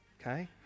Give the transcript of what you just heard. okay